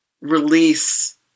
release